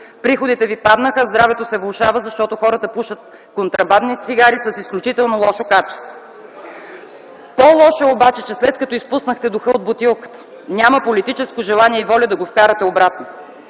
Приходите ви паднаха, здравето се влошава, защото хората пушат контрабандни цигари с изключително лошо качество. (Реплики сред мнозинството.) По-лошо е обаче, че след като изпуснахте духа от бутилката, няма политическо желание и воля да го вкарате обратно.